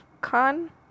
Khan